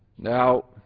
now,